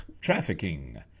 trafficking